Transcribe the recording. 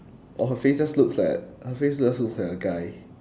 or her face just looks like her face just looks like a guy